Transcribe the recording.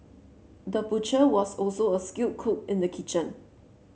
the butcher was also a skilled cook in the kitchen